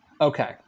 Okay